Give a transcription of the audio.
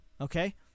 Okay